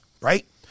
right